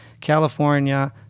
California